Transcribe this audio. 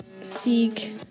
seek